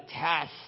test